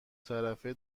طرفه